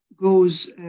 Goes